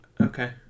okay